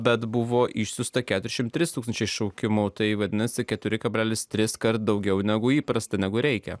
bet buvo išsiųsta keturiasdešimt trys tūkstančiai šaukimų tai vadinasi keturi kablelis triskart daugiau negu įprasta negu reikia